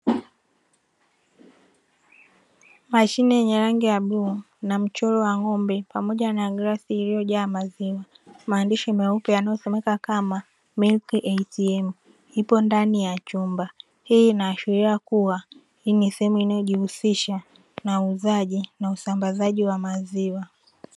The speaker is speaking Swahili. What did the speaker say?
Mashine yenye rangi ya bluu na mchoro wa ngombe, pamoja na glasi iliyojaa maziwa, maandishi meupe yanayosomeka kama "Milki ATM"ipo ndani ya chumba, hii inaashiria kuwa, hii ni sehemu inayojihusisha na uuzaji na usbazaji wa maziwa.